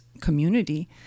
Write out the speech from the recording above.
community